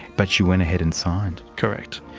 but she went ahead and signed. correct.